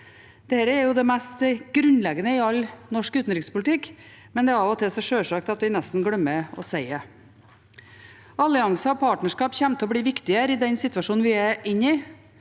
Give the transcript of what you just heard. Dette er det mest grunnleggende i all norsk utenrikspolitikk, men det er av og til så sjølsagt at vi nesten glemmer å si det. Allianser og partnerskap kommer til å bli viktigere i den situasjonen vi er i.